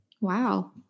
Wow